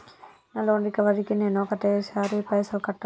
నా loan recovery కి నేను ఒకటేసరి పైసల్ కట్టొచ్చా?